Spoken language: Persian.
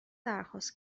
درخواست